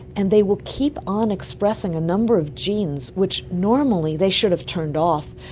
and they will keep on expressing a number of genes which normally they should have turned off.